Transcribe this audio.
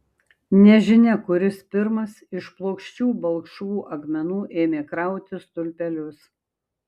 nežinia kuris pirmas iš plokščių balkšvų akmenų ėmė krauti stulpelius